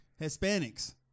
Hispanics